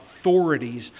authorities